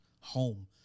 home